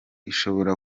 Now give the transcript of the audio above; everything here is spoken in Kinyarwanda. ishobora